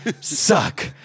Suck